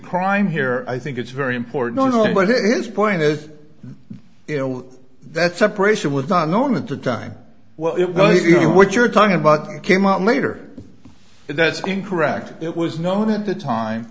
crime here i think it's very important but it is point is you know that separation would not knowing at the time well it was you know what you're talking about came out later that's incorrect it was known at the time